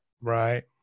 Right